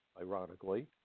ironically